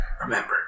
Remember